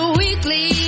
weekly